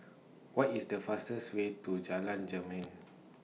What IS The fastest Way to Jalan Jermin